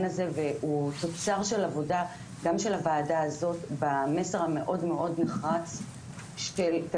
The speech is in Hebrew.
הזה והוא תוצר של עבודה גם של הוועדה הזאת במסר המאוד נחרץ שתלמידים